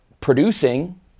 producing